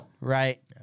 right